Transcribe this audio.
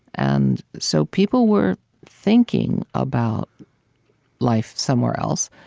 and so people were thinking about life somewhere else.